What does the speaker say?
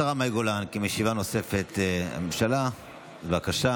השרה מאי גולן, כמשיבה נוספת מטעם הממשלה, בבקשה.